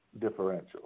differential